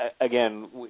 again